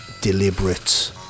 deliberate